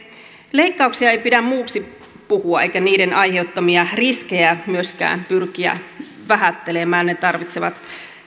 leikkauksia ei pidä muuksi puhua eikä niiden aiheuttamia riskejä myöskään pyrkiä vähättelemään ne tarvitsevat